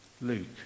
Luke